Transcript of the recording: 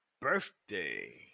birthday